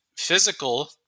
physical